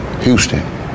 Houston